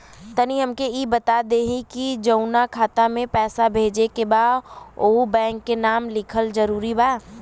तनि हमके ई बता देही की जऊना खाता मे पैसा भेजे के बा ओहुँ बैंक के नाम लिखल जरूरी बा?